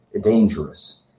dangerous